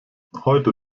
heute